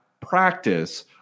practice